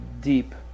deep